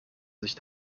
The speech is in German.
sich